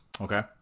Okay